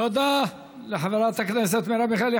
תודה לחברת הכנסת מרב מיכאלי.